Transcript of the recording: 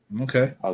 Okay